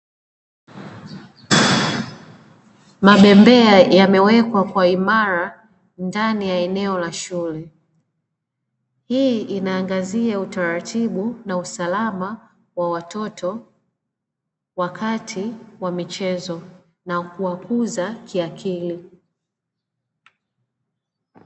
Mabembea yamewekwa kwa imara ndani ya eneo la shule, hii inaangazia utaratibu na usalama wa watoto wakati wa michezo na kuwakuza kiakili.